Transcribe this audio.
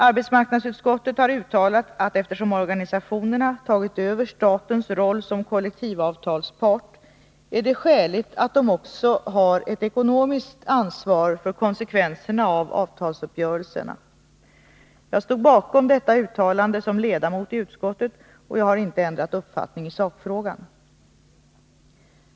Arbetsmarknadsutskottet har uttalat att eftersom organisationerna tagit över statens roll som kollektivavtalspart är det skäligt att de också har ett ekonomiskt ansvar för konsekvenserna av avtalsuppgörelserna. Jag stod bakom detta uttalande som ledamot i utskottet, och jag har inte ändrat uppfattning i sakfrågan.